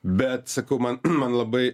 bet sakau man man labai